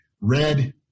red